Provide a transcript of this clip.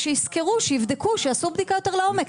שיסקרו, שיבדקו, שיעשו בדיקה יותר לעומק.